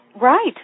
Right